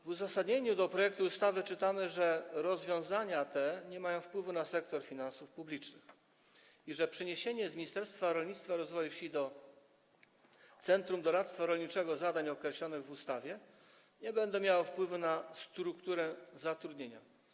W uzasadnieniu projektu ustawy czytamy, że rozwiązania te nie mają wpływu na sektor finansów publicznych i że przeniesienie z Ministerstwa Rolnictwa i Rozwoju Wsi do Centrum Doradztwa Rolniczego zadań określonych w ustawie nie będzie miało wpływu na strukturę zatrudnienia.